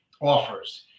offers